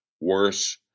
Worse